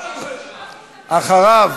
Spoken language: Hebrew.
אחריו,